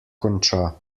konča